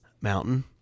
mountain